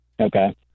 Okay